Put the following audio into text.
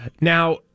Now